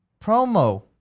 Promo